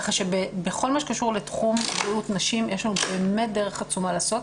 כך שבכל מה שקשור לתחום בריאות נשים יש לנו באמת דרך עצומה לעשות,